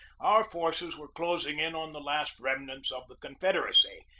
our forces were closing in on the last remnants of the confed eracy,